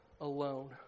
alone